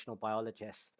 biologists